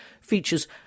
features